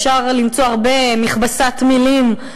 אפשר למצוא הרבה במכבסת מילים.